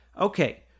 Okay